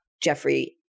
Jeffrey